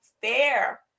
fair